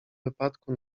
wypadku